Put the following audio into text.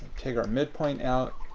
take our midpoint out,